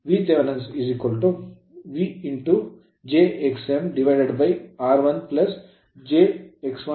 Vth v j xmr1 j x1 xm